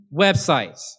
websites